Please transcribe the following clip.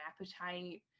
appetite